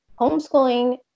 homeschooling